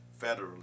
federally